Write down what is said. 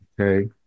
okay